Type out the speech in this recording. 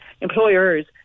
employers